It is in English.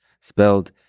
spelled